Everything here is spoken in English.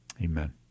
Amen